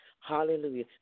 Hallelujah